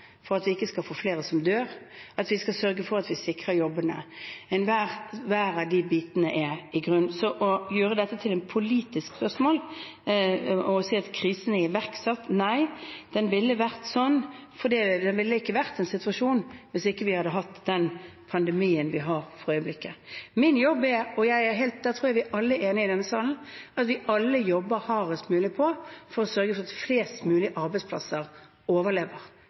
for at vi ikke skal få flere som dør, for å sørge for at vi sikrer jobbene. Enhver av de bitene ligger i grunnen. Så å gjøre dette til et politisk spørsmål og si at krisen er iverksatt: Nei, dette ville ikke vært situasjonen hvis vi ikke hadde hatt den pandemien vi har for øyeblikket. Min jobb er, og der tror jeg vi alle er enige i denne salen, at vi alle jobber hardest mulig for å sørge for at flest mulig arbeidsplasser overlever,